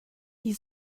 die